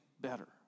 better